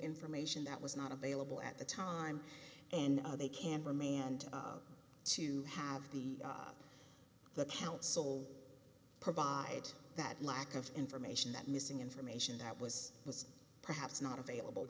information that was not available at the time and are they can remain and to have the the council provide that lack of information that missing information that was was perhaps not available